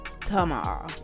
tomorrow